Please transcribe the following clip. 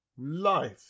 Life